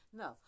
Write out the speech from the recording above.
no